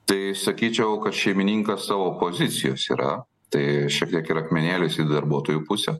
tai sakyčiau kad šeimininkas savo pozicijos yra tai šiek tiek ir akmenėlis į darbuotojų pusę